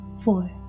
Four